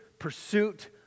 pursuit